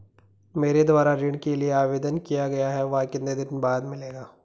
मेरे द्वारा ऋण के लिए आवेदन किया गया है वह कितने दिन बाद मिलेगा?